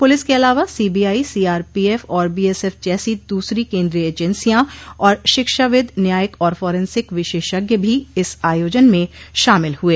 police के अलावा CBI CRPF और बीएसएफ जैसी दूसरी केन्द्रीय एजेंसियां और शिक्षाविद् न्यायिक और फोरेंसिक विशेषज्ञ भी इस आयोजन में शामिल हुए